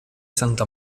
santa